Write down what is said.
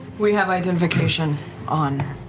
we have identification on.